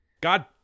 god